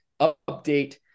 update